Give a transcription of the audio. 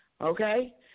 Okay